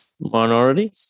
minority